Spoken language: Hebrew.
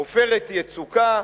"עופרת יצוקה",